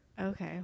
Okay